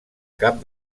cap